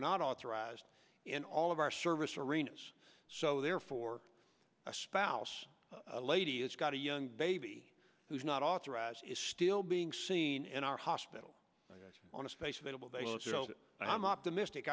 not authorized in all of our service arenas so therefore a spouse a lady has got a young baby who's not authorized is still being seen in our hospital on a space available i'm optimistic